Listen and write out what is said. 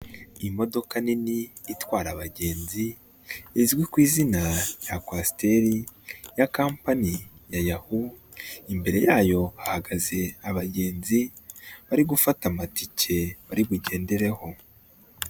Iyi modoka nini itwara abagenzi izwi ku izina rya kwasiteri ya kampani ya Yahu imbere yayo hahagaze abagenzi bari gufata amatike bari bugendereho.